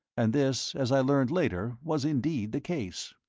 and this, as i learned later, was indeed the case.